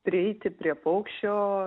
prieiti prie paukščio